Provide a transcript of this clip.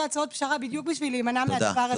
הצעות פשרה בדיוק בשביל להימנע מהדבר הזה.